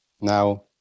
Now